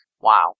Wow